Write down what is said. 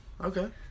Okay